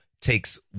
takes